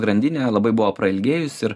grandinė labai buvo prailgėjus ir